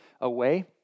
away